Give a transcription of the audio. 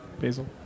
Basil